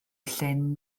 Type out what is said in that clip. llyn